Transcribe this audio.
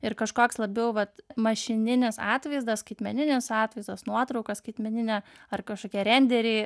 ir kažkoks labiau vat mašininis atvaizdas skaitmeninis atvaizdas nuotrauka skaitmeninė ar kažkokie renderiai